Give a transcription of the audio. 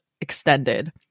extended